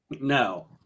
No